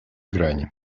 грани